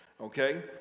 okay